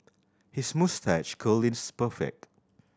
his moustache curl is perfect